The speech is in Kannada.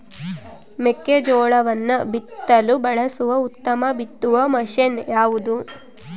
ಮೆಕ್ಕೆಜೋಳವನ್ನು ಬಿತ್ತಲು ಬಳಸುವ ಉತ್ತಮ ಬಿತ್ತುವ ಮಷೇನ್ ಯಾವುದು?